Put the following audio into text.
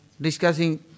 discussing